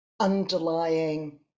underlying